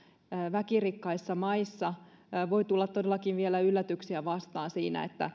väkirikkaissa maissa voi tulla todellakin vielä yllätyksiä vastaan siinä